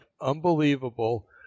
unbelievable